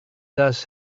dust